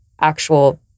actual